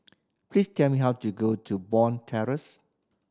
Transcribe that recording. please tell me how to go to Bond Terrace